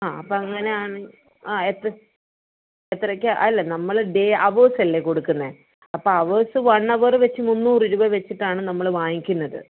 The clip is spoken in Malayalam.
ആ അപ്പം അങ്ങനെയാണ് ആ എത്ത എത്രയ്ക്കാണ് അതല്ല നമ്മൾ ഡേ അവേർസല്ലേ കൊടുക്കുന്നത് അപ്പം അവേർസ് വൺ അവർ വെച്ച് മുന്നൂറ് രൂപ വെച്ചിട്ടാണ് നമ്മൾ വാങ്ങിക്കുന്നത്